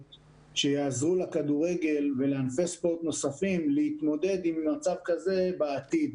שיעזרו לכדורגל ולענפי ספורט נוספים להתמודד עם מצב כזה בעתיד.